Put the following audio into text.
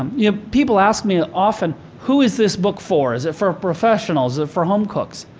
um yeah people ask me often, who is this book for? is it for professionals? is it for home cooks?